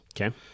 Okay